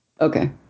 Okay